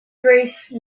grace